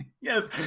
Yes